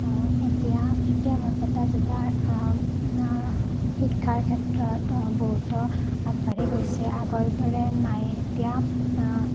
এতিয়া এতিয়া বৰপেটা জিলাৰ নাম শিক্ষাৰ ক্ষেত্ৰত বহুতো আগবাঢ়ি গৈছে আগৰ দৰে নাই এতিয়া